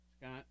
Scott